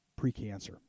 precancer